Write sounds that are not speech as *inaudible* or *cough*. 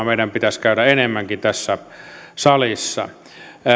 *unintelligible* meidän pitäisi varmaan käydä enemmänkin tässä salissa